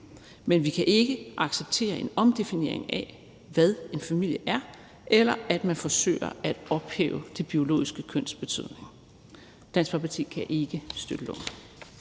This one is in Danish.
men vi kan ikke acceptere en omdefinering af, hvad en familie er, eller at man forsøger at ophæve det biologiske køns betydning. Dansk Folkeparti kan ikke støtte